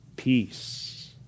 peace